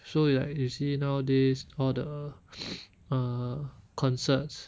so you like you see nowadays all the err concerts